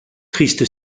triste